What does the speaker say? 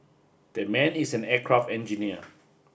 that man is an aircraft engineer